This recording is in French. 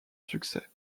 succès